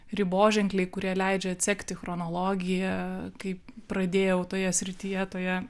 riboženkliai kurie leidžia atsekti chronologiją kai pradėjau toje srityje toje